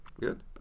good